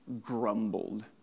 grumbled